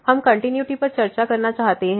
हम कंटिन्यूटी पर चर्चा करना चाहते हैं